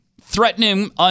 threatening